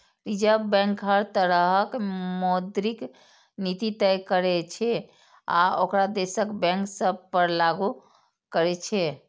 reserve bank हर तरहक मौद्रिक नीति तय करै छै आ ओकरा देशक बैंक सभ पर लागू करै छै